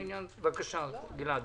בבקשה, גלעד.